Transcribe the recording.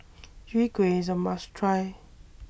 Chwee Kueh IS A must Try